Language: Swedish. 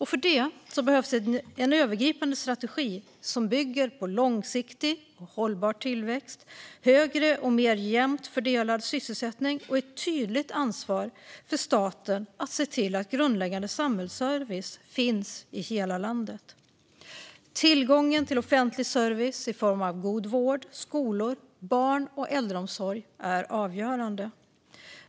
För det behövs en övergripande strategi som bygger på långsiktig och hållbar tillväxt, högre och mer jämnt fördelad sysselsättning och ett tydligt ansvar för staten att se till att grundläggande samhällsservice finns i hela landet. Tillgången till offentlig service i form av god vård, skolor och barn och äldreomsorg är avgörande.